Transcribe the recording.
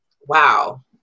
wow